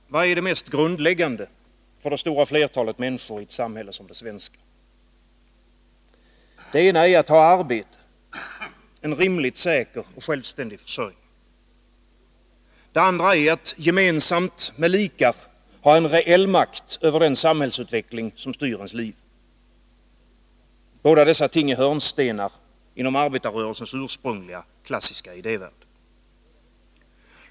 Herr talman! Vad är det mest grundläggande för det stora flertalet människor i ett samhälle som det svenska? Det ena är att ha arbete, att ha en rimligt säker, självständig försörjning. Det andra är att gemensamt med likar ha en reell makt över den samhällsutveckling som styr ens liv. Båda dessa ting är hörnstenar inom arbetarrörelsens ursprungliga, klassiska idévärld.